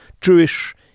Jewish